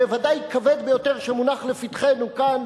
בוודאי הכבד ביותר שמונח לפתחנו כאן,